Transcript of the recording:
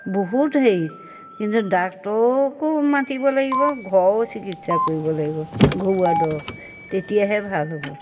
বহুত হেৰি কিন্তু ডাক্তৰকো মাতিব লাগিব ঘৰৰো চিকিৎসা কৰিব লাগিব ঘৰুৱা দৰব তেতিয়াহে ভাল হ'ব